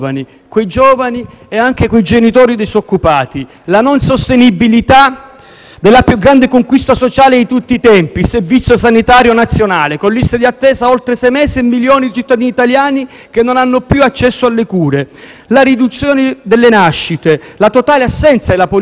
della più grande conquista sociale di tutti i tempi, il Servizio sanitario nazionale (con liste di attesa di oltre sei mesi e milioni di cittadini italiani che non hanno più accesso alle cure), la riduzione delle nascite, la totale assenza di politica demografica e di politica del *welfare*, oltre cento aziende che chiudono ogni giorno